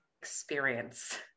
experience